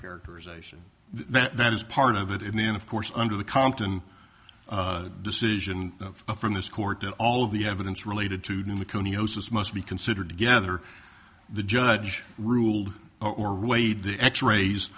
characterization that is part of it and then of course under the compton decision from this court that all of the evidence related to makoni osis must be considered together the judge ruled or weighed the x rays